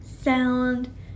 sound